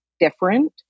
different